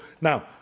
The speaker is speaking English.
Now